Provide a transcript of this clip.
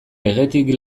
legetik